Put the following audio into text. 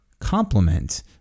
complement